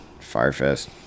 Firefest